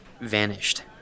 vanished